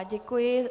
Děkuji.